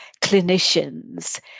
clinicians